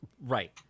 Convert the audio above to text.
Right